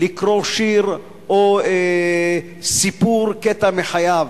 לקרוא שיר או סיפור או קטע מחייו.